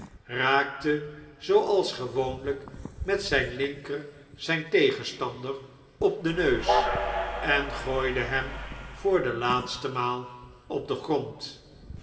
raakte zooals gewoonlijk met zijn linker zijn tegenstander op den neus en gooide hem voor de laatste maal op den grond